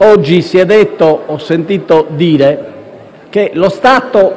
Oggi ho sentito dire che lo Stato